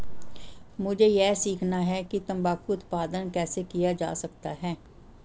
मुझे यह सीखना है कि तंबाकू उत्पादन कैसे किया जा सकता है?